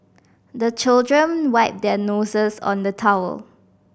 the children wipe their noses on the towel